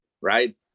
right